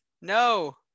No